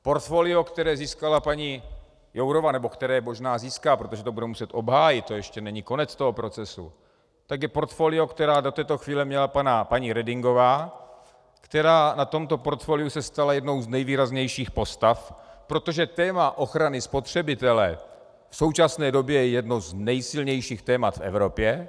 Portfolio, které získala paní Jourová, nebo které možná získá, protože to bude muset obhájit, to ještě není konec toho procesu, je portfolio, které do této chvíle měla paní Redingová, která na tomto portfoliu se stala jednou z nejvýraznějších postav, protože téma ochrany spotřebitele v současné době je jedno z nejsilnějších témat v Evropě.